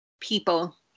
people